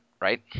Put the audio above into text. right